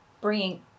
bringing